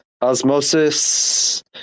Osmosis